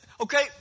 Okay